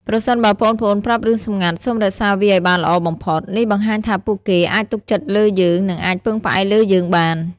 ប្រសិនបើប្អូនៗប្រាប់រឿងសម្ងាត់ សូមរក្សាវាឲ្យបានល្អបំផុត។ នេះបង្ហាញថាពួកគេអាចទុកចិត្តលើយើង និងអាចពឹងផ្អែកលើយើងបាន។